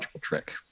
trick